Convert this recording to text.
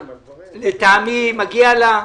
לטעמי מגיע לה.